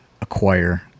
acquire